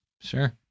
Sure